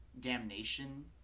damnation